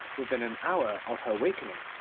within an hour of her wakening,